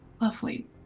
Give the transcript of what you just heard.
Lovely